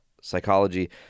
psychology